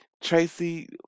tracy